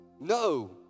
no